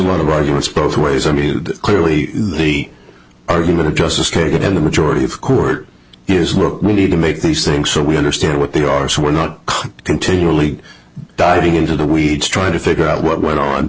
the arguments both ways i mean clearly the argument of justice kagan in the majority of court is were we need to make these things so we understand what they are so we're not continually diving into the weeds trying to figure out what went on